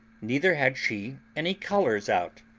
neither had she any colours out.